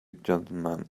gentleman